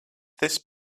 this